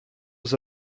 was